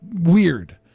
weird